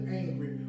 angry